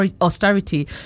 austerity